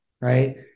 right